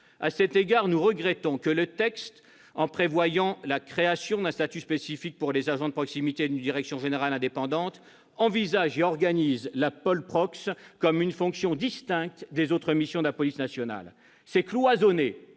À cet égard, nous regrettons que le présent texte, en prévoyant la création d'un statut spécifique pour les agents de police de proximité et d'une direction générale indépendante, envisage et organise la polprox comme une fonction distincte des autres missions de la police nationale. C'est cloisonner